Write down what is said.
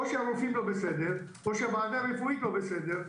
או שהרופאים לא בסדר או שהוועדה הרפואית לא בסדר.